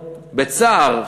בצער,